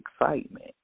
excitement